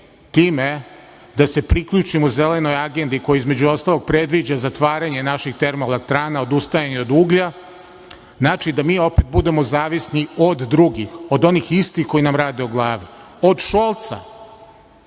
time da se priključimo Zelenoj agendi koja, između ostalog, predviđa zatvaranje naših termoelektrana, odustajanje od uglja, a to znači da mi opet budemo zavisni od drugih, od onih istih koji nam rade o glavi, od Šolca,